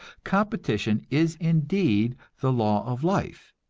competition is indeed the law of life,